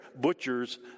Butchers